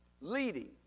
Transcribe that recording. leading